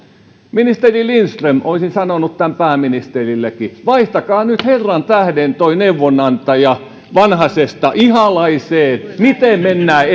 ministeri lindström olisin sanonut tämä pääministerillekin vaihtakaa nyt herran tähden tuo neuvonantaja vanhasesta ihalaiseen miten mennään